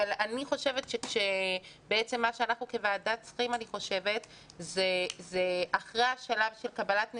אבל אני חושבת שבעצם מה שאנחנו כוועדה צריכים אחרי השלב של קבלת נתונים,